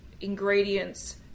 ingredients